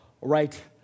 right